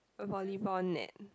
a volleyball net